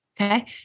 Okay